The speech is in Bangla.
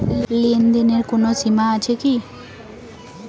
লেনদেনের কোনো সীমা আছে কি?